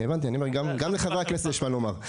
גם לחברי הכנסת יש מה לומר.